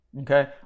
Okay